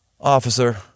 officer